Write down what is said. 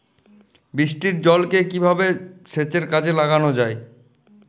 বৃষ্টির জলকে কিভাবে সেচের কাজে লাগানো যায়?